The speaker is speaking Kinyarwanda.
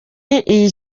iyi